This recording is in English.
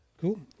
Cool